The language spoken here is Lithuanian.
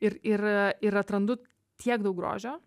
ir ir ir atrandu tiek daug grožio